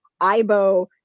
ibo